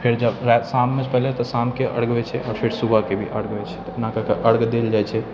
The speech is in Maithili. फेर जब राइशति शाममे तऽ पहले शामके अर्घ होइ छै आओर फिर सुबहके भी अर्घ होइ छै एना कऽ कऽ अर्घ देल जाइ छै